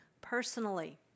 personally